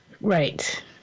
Right